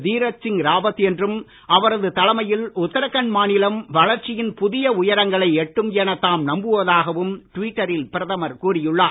தீரத் சிங் ராவத் என்றும் அவரது தலைமையில் உத்தராகண்ட் மாநிலம் வளர்ச்சியின் புதிய உயரங்களை எட்டும் எனத் தாம் நம்புவதாகவும் டுவிட்டரில் பிரதமர் கூறியுள்ளார்